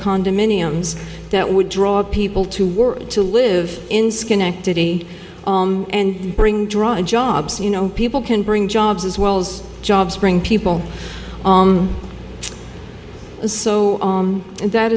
condominiums that would draw people to work to live in schenectady and bring drug jobs you know people can bring jobs as well as jobs bring people so and that